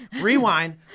rewind